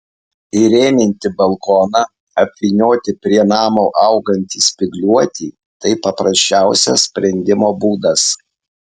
įrėminti balkoną apvynioti prie namo augantį spygliuotį tai paprasčiausias sprendimo būdas